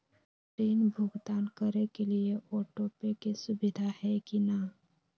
ऋण भुगतान करे के लिए ऑटोपे के सुविधा है की न?